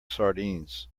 sardines